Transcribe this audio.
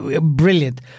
brilliant